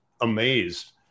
amazed